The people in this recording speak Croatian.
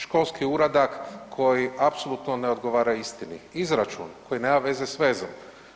Školski uradak koji apsolutno ne odgovara istini, izračun koji nema veze s vezom.